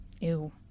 Ew